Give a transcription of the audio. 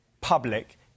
Public